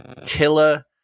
killer